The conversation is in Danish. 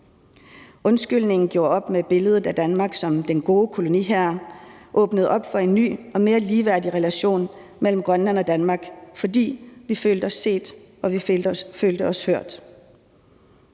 Undskyldningen gjorde op med billedet af Danmark som den gode koloniherre og åbnede op for en ny og mere ligeværdig relation mellem Grønland og Danmark, fordi vi følte os set og vi følte os hørt.